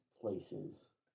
places